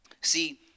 See